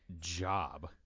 job